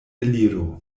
eliro